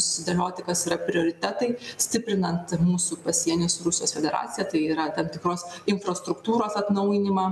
sudėlioti kas yra prioritetai stiprinant mūsų pasienį su rusijos federacija tai yra tam tikros infrastruktūros atnaujinimą